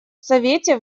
совете